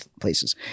places